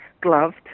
gloved